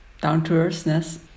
down-to-earthness